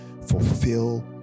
fulfill